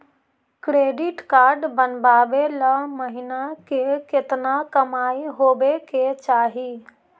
Credit card बनबाबे ल महीना के केतना कमाइ होबे के चाही?